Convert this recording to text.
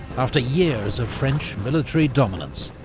after years of french military dominance,